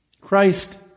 Christ